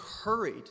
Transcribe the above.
hurried